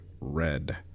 Red